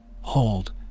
Hold